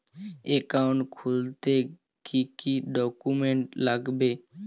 Account খুলতে কি কি ডকুমেন্ট লাগবে?